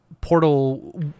portal